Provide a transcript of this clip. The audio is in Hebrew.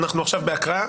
אנחנו עכשיו בהקראה,